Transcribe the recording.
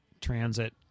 transit